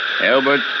Albert